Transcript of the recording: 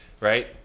right